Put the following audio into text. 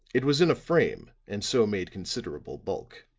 it was in a frame and so made considerable bulk.